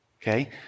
Okay